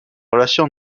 relations